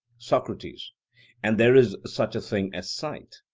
socrates and there is such a thing as sight?